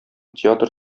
театр